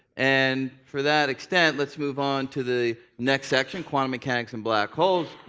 and for that extent let's move on to the next section quantum mechanics and black holes.